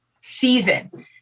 season